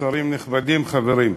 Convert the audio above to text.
שרים נכבדים, חברים,